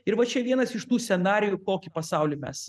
ir va čia vienas iš tų scenarijų kokį pasaulį mes